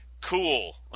Cool